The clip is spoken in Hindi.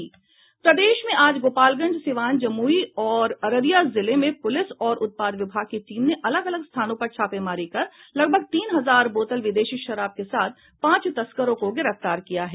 प्रदेश में आज गोपालगंज सीवान जमुई और अररिया जिले में पुलिस और उत्पाद विभाग की टीम ने अलग अलग स्थानों पर छापेमारी कर लगभग तीन हजार बोतल विदेशी शराब के साथ पांच तस्करों को गिरफ्तार किया है